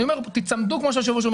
אני אומר שתיצמדו כמו שהיושב ראש אומר